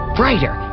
brighter